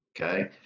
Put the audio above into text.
okay